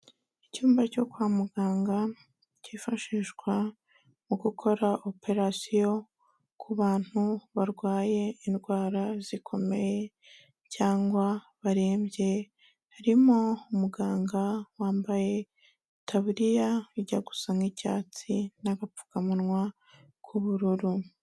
Icyumba cyo kwa muganga cyifashishwa mu gukora operasiyo ku bantu barwaye indwara zikomeye cyangwa barembye, harimo umuganga wambaye itaburiya ijya gusa nk'icyatsi n'agapfukamunwa k'ubururu.